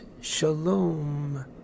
shalom